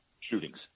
shootings